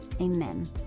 amen